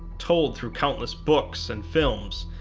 told through countless books and films,